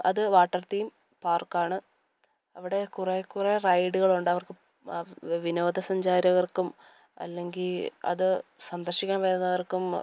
അത് water theme park ആണ് അവിടെ കുറേ കുറേ റൈഡുകൾ ഉണ്ട് അവർക്ക് വിനോദ സഞ്ചാരകർക്കും അല്ലെങ്കിൽ അത് സന്ദർശിക്കാൻ വരുന്നവർക്കും